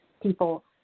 people